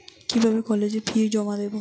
কিভাবে কলেজের ফি জমা দেবো?